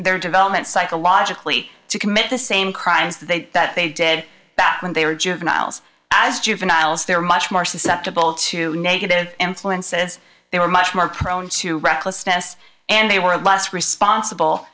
their development psychologically to commit the same crimes that they that they did back when they were juveniles as juveniles they're much more susceptible to native influences they were much more prone to recklessness and they were less responsible